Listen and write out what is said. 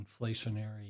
inflationary